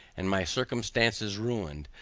and my circumstances ruined,